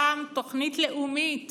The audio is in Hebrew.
פעם תוכנית לאומית